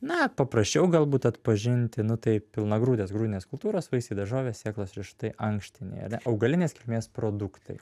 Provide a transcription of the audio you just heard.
na paprasčiau galbūt atpažinti nu tai pilnagrūdės grūdinės kultūros vaisiai daržovės sėklos riešutai ankštiniai ar ne augalinės kilmės produktai